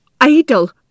idle